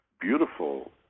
beautiful